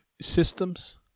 systems